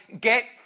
get